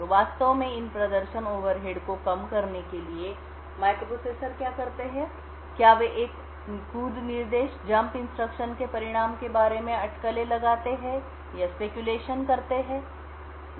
तो वास्तव में इन प्रदर्शन ओवरहेड को कम करने के लिए माइक्रोप्रोसेसर क्या करते हैं क्या वे एक कूद निर्देश के परिणाम के बारे में अटकलें लगाते हैं या स्पैक्यूलेशन करते हैं